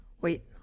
Wait